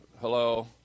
hello